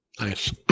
Nice